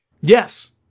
Yes